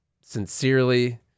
Sincerely